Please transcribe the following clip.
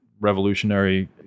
revolutionary